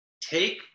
take